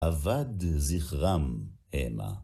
אבד זכרם המה